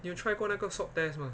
你有 try 过那个 swab test 吗